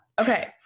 Okay